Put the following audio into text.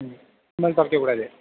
ம் இனிமேல் தொலைக்கக்கூடாது